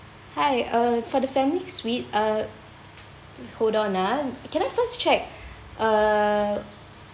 hi uh for the family suite uh hold on ah can I first check uh